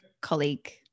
colleague